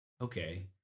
okay